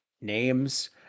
names